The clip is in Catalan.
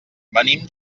venim